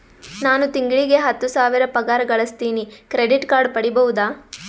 ನಾನು ತಿಂಗಳಿಗೆ ಹತ್ತು ಸಾವಿರ ಪಗಾರ ಗಳಸತಿನಿ ಕ್ರೆಡಿಟ್ ಕಾರ್ಡ್ ಪಡಿಬಹುದಾ?